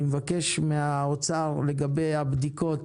אני מבקש מהאוצר לגבי הבדיקות